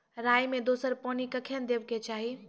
राई मे दोसर पानी कखेन देबा के चाहि?